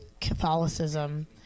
Catholicism